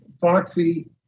Foxy